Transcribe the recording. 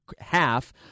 half